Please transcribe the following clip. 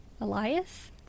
Elias